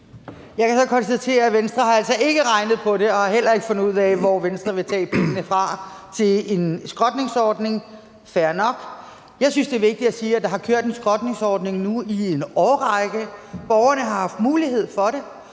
Jeg kan så konstatere, at Venstre altså ikke har regnet på det og heller ikke har fundet ud af, hvor Venstre vil tage pengene fra til en skrotningsordning. Det er fair nok. Jeg synes, det er vigtigt at sige, at der har kørt en skrotningsordning nu i en årrække. Borgerne har haft mulighed for at